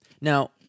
Now